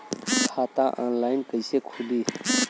खाता ऑनलाइन कइसे खुली?